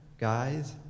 guys